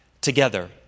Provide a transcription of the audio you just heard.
together